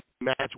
match